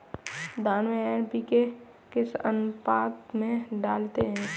धान में एन.पी.के किस अनुपात में डालते हैं?